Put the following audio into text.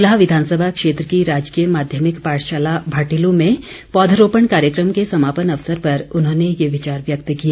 सुलह विधानसभा क्षेत्र की राजकीय माध्यमिक पाठशाला भाटिलू में पौधरोपण कार्यक्रम के समापन अवसर पर ॅ उन्होंने ये विचार व्यक्त किए